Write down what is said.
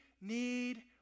need